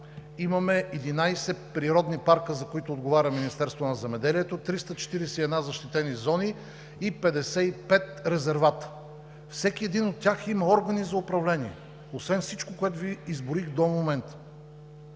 имаме 11 природни парка, за които отговаря Министерството на земеделието, храните и горите, 341 защитени зони и 55 резервата. Всеки един от тях има органи за управление освен всичко, което Ви изброих до момента.